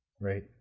right